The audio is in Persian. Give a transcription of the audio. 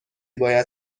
باید